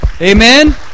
Amen